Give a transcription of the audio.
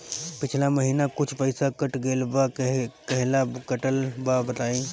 पिछला महीना कुछ पइसा कट गेल बा कहेला कटल बा बताईं?